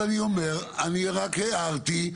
אני רק הערתי,